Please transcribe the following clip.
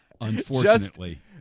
unfortunately